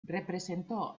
representó